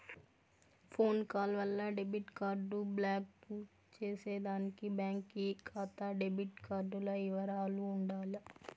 phone call వల్ల debit card block చేసేదానికి బాంకీ కాతా డెబిట్ కార్డుల ఇవరాలు ఉండాల